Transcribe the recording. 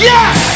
Yes